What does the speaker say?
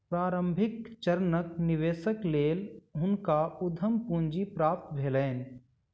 प्रारंभिक चरणक निवेशक लेल हुनका उद्यम पूंजी प्राप्त भेलैन